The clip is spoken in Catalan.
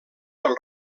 del